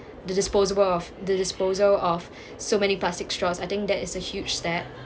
the disposable of the disposal of so many plastic straws I think that is a huge step